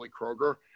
Kroger